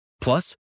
Plus